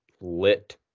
lit